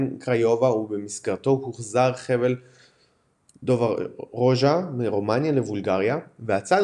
קראיובה ובמסגרתו הוחזר חבל דוברוג'ה מרומניה לבולגריה והצעד